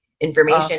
information